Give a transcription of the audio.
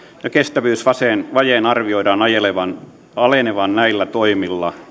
ja kestävyysvajeen arvioidaan alenevan näillä toimilla